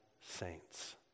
saints